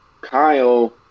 Kyle